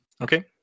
Okay